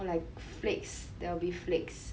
like flakes there will be flakes